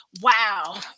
wow